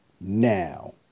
now